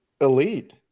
elite